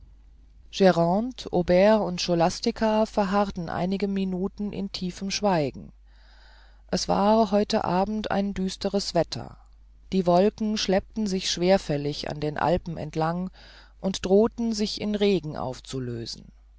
aubert und scholastica verharrten einige minuten in tiefem schweigen es war heute abend ein düsteres wetter die wolken schleppten sich schwerfällig an den alpen entlang und drohten sich in regen aufzulösen